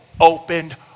opened